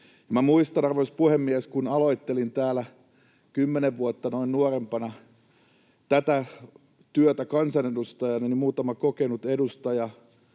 muistan, arvoisa puhemies, kun aloittelin täällä noin kymmenen vuotta nuorempana tätä työtä kansanedustajana, mitä muutama kokenut edustaja